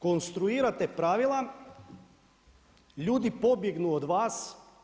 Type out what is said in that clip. Konstruirate pravila, ljudi pobjegnu od vas.